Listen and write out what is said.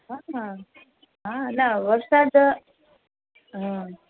હા ના વરસાદ હ